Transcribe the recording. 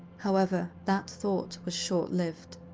however, that thought was short lived.